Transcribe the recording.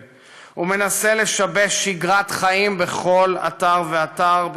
ומנסה לשבש שגרת חיים בכל אתר ואתר,